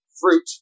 fruit